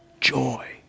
joy